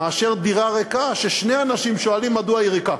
על פני מצב של דירה ריקה ששני אנשים שואלים מדוע היא ריקה.